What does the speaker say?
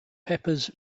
peppers